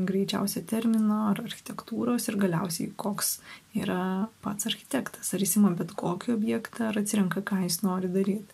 greičiausiai termino ar architektūros ir galiausiai koks yra pats architektas ar jis ima bet kokį objektą ar atsirenka ką jis nori daryt